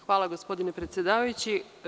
Hvala, gospodine predsedavajući.